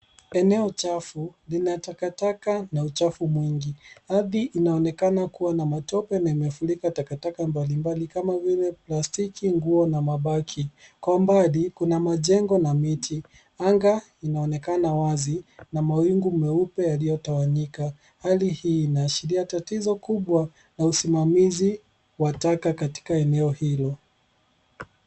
Eneo chafu lina takataka na uchafu mwingi. Ardhi inaonekana kuwa na matope na imefurika takataka mbalimbali kama vile plastiki, nguo na mabaki. Kwa umbali, kuna majengo na miti. Anga inaonekana wazi na mawingu meupe yaliyotawanyika. Hali hii inaashiria tatizo kubwa na usimamizi wa taka katika eneo hilo.